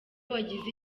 wagize